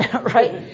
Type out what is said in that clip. right